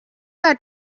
that